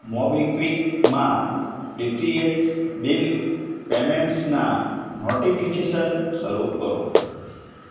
મોબીક્વિકમાં D T H bill પેમેન્ટ્સના notification શરૂ કરો